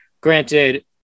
Granted